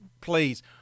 please